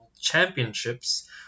Championships